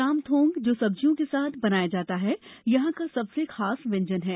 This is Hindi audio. चामथोंग जो सब्जियों के साथ बनाया जाता है यहां का सबसे खास व्यंजन है